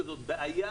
שזאת בעיה